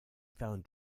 find